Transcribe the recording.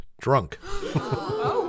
drunk